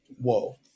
Whoa